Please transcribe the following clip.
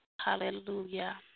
Hallelujah